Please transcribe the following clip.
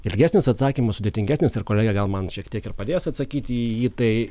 ilgesnis atsakymas sudėtingesnis ir kolegė gal man šiek tiek ir padės atsakyti į jį tai